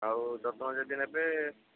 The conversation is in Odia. ଆଉ ଯତ୍ନ ଯଦି ନେବେ